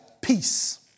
peace